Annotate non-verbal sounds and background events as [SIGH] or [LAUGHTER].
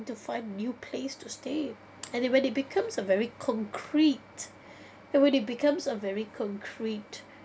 to find new place to stay and it when it becomes a very concrete [BREATH] and when it becomes a very concrete